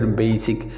basic